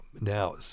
now